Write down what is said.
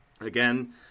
Again